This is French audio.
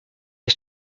est